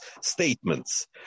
statements